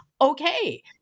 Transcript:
Okay